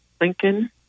Lincoln